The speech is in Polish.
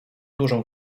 dużą